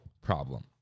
problem